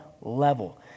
level